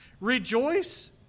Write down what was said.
Rejoice